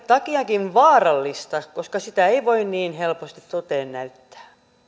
takia vaarallista koska sitä ei voi niin helposti toteen näyttää